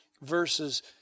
verses